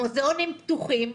המוזיאונים פתוחים,